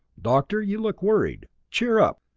doctor, you look worried! cheer up.